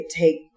take